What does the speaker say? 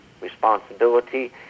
responsibility